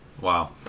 wow